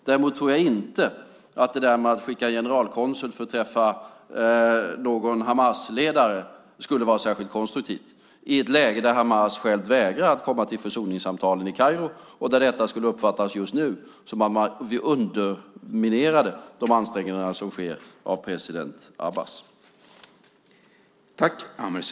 Däremot tror jag inte att det där med att skicka en generalkonsul för att träffa någon Hamasledare skulle vara särskilt konstruktivt, i ett läge där Hamas själv vägrar att komma till försoningssamtalen i Kairo. Detta skulle just nu uppfattas som att man underminerade de ansträngningar som sker av president Abbas.